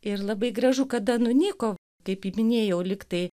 ir labai gražu kada nunyko kaip minėjau lyg tai